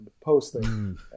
posting